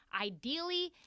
Ideally